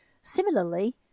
Similarly